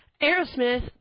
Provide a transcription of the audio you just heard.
Aerosmith